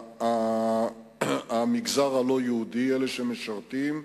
אלה מהמגזר הלא-יהודי שמשרתים.